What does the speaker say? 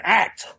act